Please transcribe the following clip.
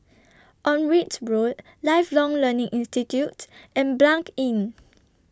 Onraet Road Lifelong Learning Institute and Blanc Inn